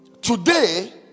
Today